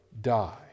die